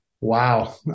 Wow